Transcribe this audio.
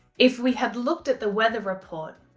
if we had looked at the weather report,